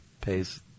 pays